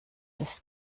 ist